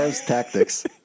tactics